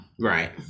right